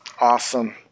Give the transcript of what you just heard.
awesome